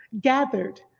gathered